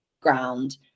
ground